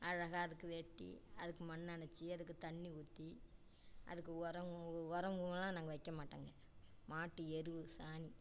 அழகாக அதுக்கு வெட்டி அதுக்கு மண் அணைச்சி அதுக்கு தண்ணி ஊற்றி அதுக்கு உரம் உரல்லாம் நாங்கள் வைக்கமாட்டோங்க மாட்டு எரு சாணி